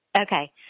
Okay